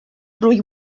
rwy